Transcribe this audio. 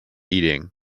eating